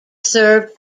served